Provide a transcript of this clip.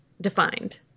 defined